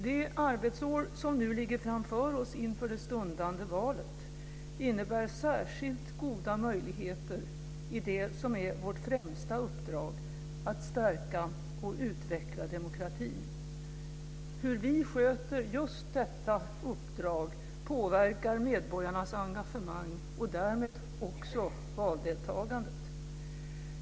Det arbetsår som nu ligger framför oss inför det stundande valet innebär särskilt goda möjligheter i det som är vårt främsta uppdrag - att stärka och utveckla demokratin. Hur vi sköter just detta uppdrag påverkar medborgarnas engagemang och därmed också valdeltagandet.